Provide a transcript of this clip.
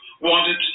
wanted